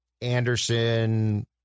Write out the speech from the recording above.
Anderson